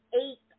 eight